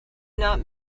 not